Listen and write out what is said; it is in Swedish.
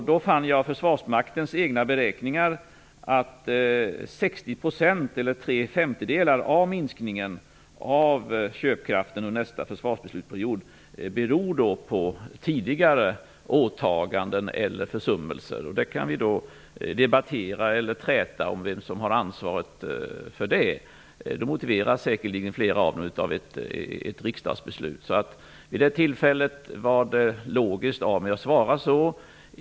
Då fann jag att 60 % eller tre femtedelar av minskningen av köpkraften under nästa försvarsbeslutsperiod berodde på tidigare åtaganden eller försummelser. Vi kan debattera eller träta om vem som har ansvaret för dessa. Flera av dessa försummelser motiveras säkerligen av ett riksdagsbeslut. Vid intervjutillfället var det alltså logiskt av mig att svara som jag gjorde.